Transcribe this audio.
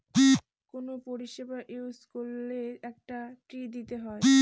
কোনো পরিষেবা ইউজ করলে একটা ফী দিতে হয়